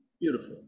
beautiful